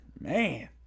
Man